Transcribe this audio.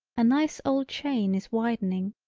a nice old chain is widening,